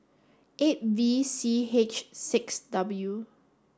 eight V C H six W